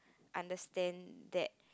understand that